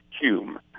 Hume